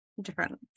different